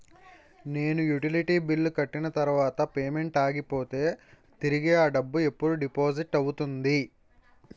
నేను utility bill కట్టిన తర్వాత పేమెంట్ ఆగిపోతే తిరిగి అ డబ్బు ఎప్పుడు డిపాజిట్ అవుతుంది?